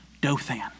Dothan